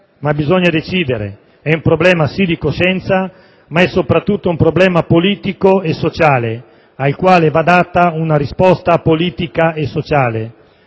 Bisogna decidere: è un problema, sì, di coscienza, ma soprattutto politico e sociale, al quale va data una risposta politica e sociale.